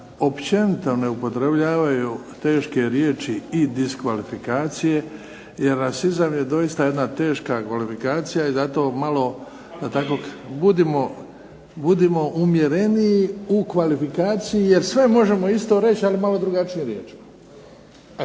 općenito ne upotrebljavaju teške riječi i diskvalifikacije jer rasizam je doista jedna teška kvalifikacija i zato malo, da tako kažem, budimo malo umjereniji u kvalifikaciji jer sve možemo isto reći, ali malo drugačijim riječima.